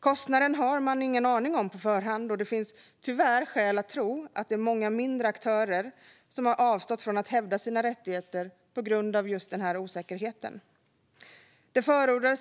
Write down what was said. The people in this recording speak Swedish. Kostnaden har man ingen aning om på förhand, och det finns tyvärr skäl att tro att det är många mindre aktörer som har avstått från att hävda sina rättigheter på grund av just den osäkerheten. Jag förordade